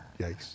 Yikes